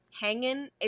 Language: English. hanging